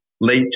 late